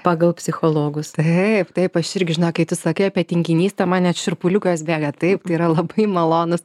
pagal psichologus taip taip aš irgi žinau kai atsisakei apie tinginystę man net šiurpuliukas bėga taip yra labai malonus